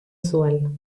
zuen